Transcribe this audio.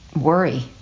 worry